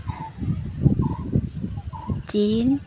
China